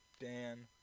Dan